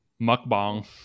mukbang